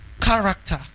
Character